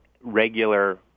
regular